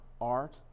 art